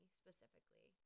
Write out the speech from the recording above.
specifically